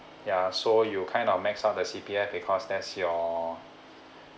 ya so you kind of mess up the C_P_F because that's your